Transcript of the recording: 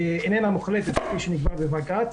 איננה מוחלטת כפי שנקבע בבג"ץ,